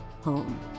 home